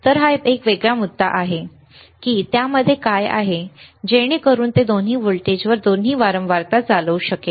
तर हा एक वेगळा मुद्दा आहे की त्यामध्ये काय आहे जेणेकरून ते दोन्ही व्होल्टेजवर दोन्ही वारंवारता चालवू शकेल